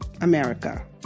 America